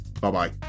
Bye-bye